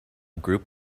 group